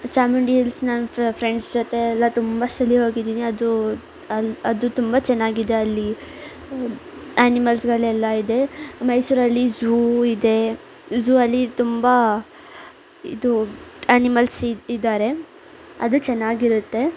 Chamundi hills ನಾನು friends ಜೊತೆ ಎಲ್ಲ ತುಂಬ ಸಲ ಹೋಗಿದ್ದೀನಿ ಅದು ಅಲ್ಲಿ ಅದು ತುಂಬ ಚೆನ್ನಾಗಿದೆ ಅಲ್ಲಿ ಆ್ಯನಿಮಲ್ಸ್ಗಳೆಲ್ಲ ಇದೆ ಮೈಸೂರಲ್ಲಿ ಝೂ ಇದೆ ಝೂವಲ್ಲಿ ತುಂಬ ಇದು ಆ್ಯನಿಮಲ್ಸ್ ಇದ್ದಾರೆ ಅದು ಚೆನ್ನಾಗಿರುತ್ತೆ